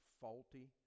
faulty